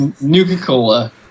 Nuka-Cola